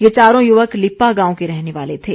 ये चारों युवक लिप्पा गांव के रहने वाले थे